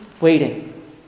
waiting